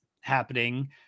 happening